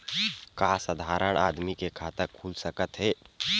का साधारण आदमी के खाता खुल सकत हे?